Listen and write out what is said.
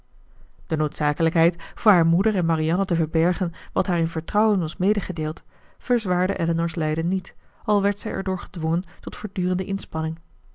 de noodzakelijkheid voor haar moeder en marianne te verbergen wat haar in vertrouwen was medegedeeld verzwaarde elinor's lijden niet al werd zij erdoor gedwongen tot voortdurende inspanning